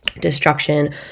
destruction